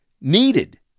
needed